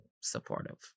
supportive